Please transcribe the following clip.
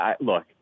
Look